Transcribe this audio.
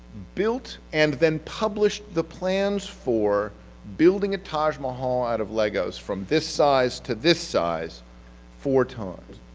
built and then published the plans for building a taj mahal out of legos from this size to this size four times.